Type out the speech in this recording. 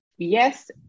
Yes